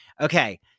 okay